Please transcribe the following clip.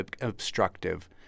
obstructive